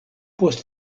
post